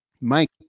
mike